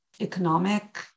economic